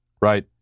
right